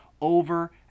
over